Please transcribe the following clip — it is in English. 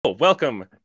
welcome